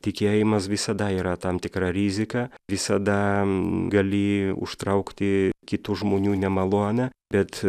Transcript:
tikėjimas visada yra tam tikra rizika visada gali užtraukti kitų žmonių nemalonę bet